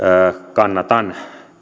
kannatan